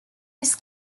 his